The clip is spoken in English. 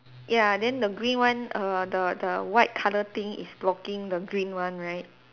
ya then the green one err the the white colour thing is blocking the green one right